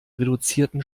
reduzierten